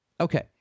Okay